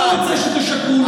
העם לא רוצה שתשקרו לו.